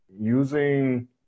Using